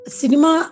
cinema